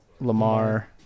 Lamar